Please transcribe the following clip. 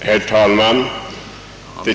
Herr talman!